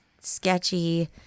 sketchy